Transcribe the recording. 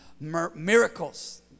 miracles